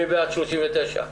מי בעד אישור תקנה 39?